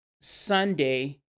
Sunday